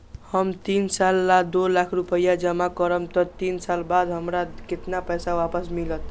हम तीन साल ला दो लाख रूपैया जमा करम त तीन साल बाद हमरा केतना पैसा वापस मिलत?